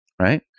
right